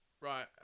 Right